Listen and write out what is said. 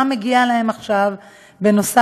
מה מגיע להם עכשיו בנוסף,